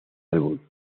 álbum